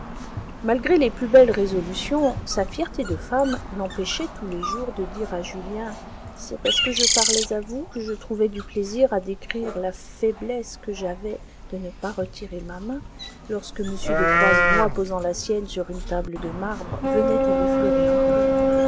malgré les plus belles résolutions sa fierté de femme l'empêchait tous les jours de dire à julien c'est parce que je parlais à vous que je trouvais du plaisir à décrire la faiblesse que j'avais de ne pas retirer ma main lorsque m de croisenois posant la sienne sur une table de marbre venait à l'effleurer un peu